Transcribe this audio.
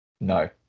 No